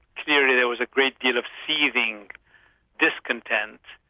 clearly there was a great deal of seething discontent,